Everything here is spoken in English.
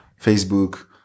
Facebook